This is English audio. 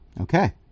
Okay